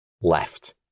left